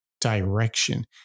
direction